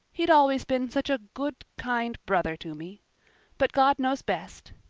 he'd always been such a good, kind brother to me but god knows best.